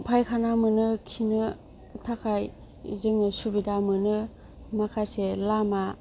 फायखाना मोननो खिनो थाखाय जोङो सुबिदा मोननो माखासे लामा